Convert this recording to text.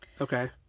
Okay